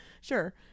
sure